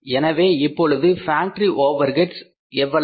எனவே இப்பொழுது factory overheads எவ்வளவு